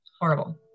horrible